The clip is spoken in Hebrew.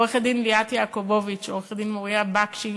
עו"ד ליאת יעקובוביץ ועו"ד מוריה בקשי,